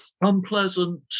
unpleasant